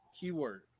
keyword